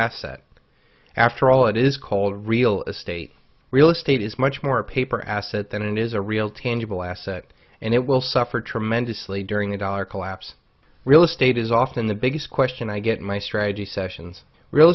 asset after all it is called real estate real estate is much more a paper asset than it is a real tangible asset and it will suffer tremendously during the dollar collapse real estate is often the biggest question i get my strategy sessions real